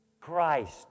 Christ